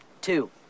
Two